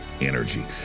energy